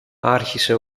άρχισε